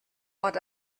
but